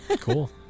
Cool